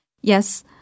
yes